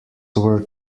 were